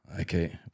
okay